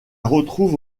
retrouve